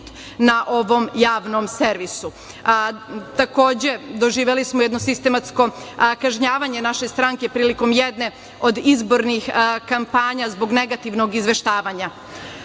na ovom javnom servisu. Takođe, doživeli smo jedno sistematsko kažnjavanje naše stranke prilikom jedne od izbornih kampanja zbog negativnog izveštavanja.